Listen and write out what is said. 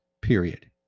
period